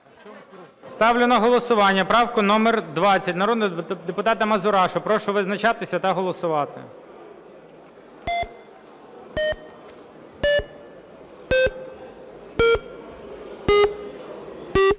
Ставлю на голосування правку номер 20 народного депутата Мазурашу. Прошу визначатися та голосувати.